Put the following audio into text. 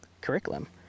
curriculum